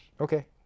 Okay